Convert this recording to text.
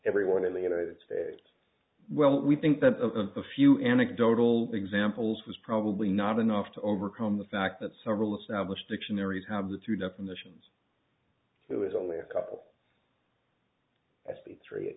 everyone in the united states well we think that of a few anecdotal examples was probably not enough to overcome the fact that several established dictionaries have the two definitions it was only a couple